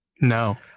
no